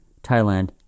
Thailand